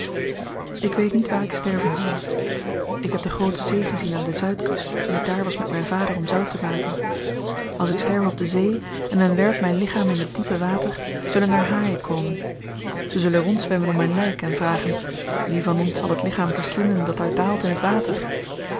ik weet niet waar ik sterven zal ik heb de groote zee gezien aan de zuidkust toen ik daar was met myn vader om zout te maken als ik sterf op de zee en men werpt myn lichaam in het diepe water zullen er haaien komen ze zullen rondzwemmen om myn lyk en vragen wie van ons zal het lichaam verslinden dat daar daalt in het water